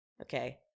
Okay